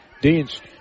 Deans